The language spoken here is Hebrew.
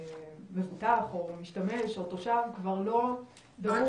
מבוטח או משתמש או תושב כבר לא לקוח.